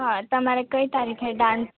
હં તમારે કઈ તારીખે ડાંસ